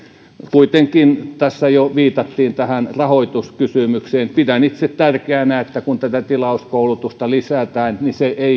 kuitenkin tässä jo viitattiin tähän rahoituskysymykseen pidän itse tärkeänä että kun tilauskoulutusta lisätään se ei